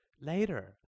Later